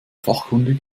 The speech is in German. fachkundig